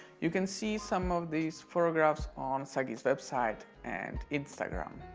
you can see some of these photographs on saguy's website and instagram.